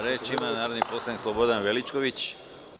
Reč ima narodni poslanik Slobodan Veličković.